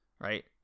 Right